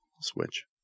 Switch